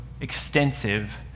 extensive